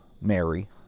Mary